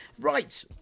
Right